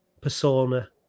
persona